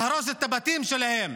להרוס את הבתים שלהם,